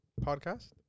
podcast